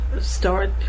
start